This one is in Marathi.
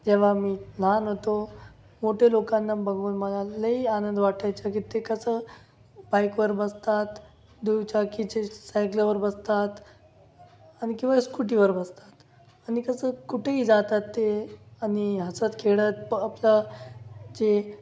जेव्हा मी लहान होतो मोठे लोकांना बघून मला लई आनंद वाटायचं की ते कसं बाईकवर बसतात दुचाकीचे सायकलवर बसतात आणि किंवा स्कूटिवर बसतात आणि कसं कुठेही जातात ते आणि हसत खेळत प आपलं जे